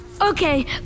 Okay